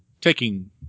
taking